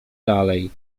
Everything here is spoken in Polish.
dalej